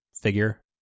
figure